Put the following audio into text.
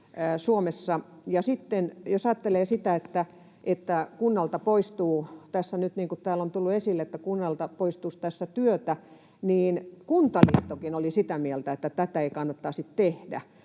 on tullut esille, että kunnalta poistuu tässä nyt työtä, niin Kuntaliittokin oli sitä mieltä, että tätä ei kannattaisi tehdä,